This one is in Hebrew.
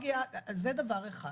-- זה דבר אחד.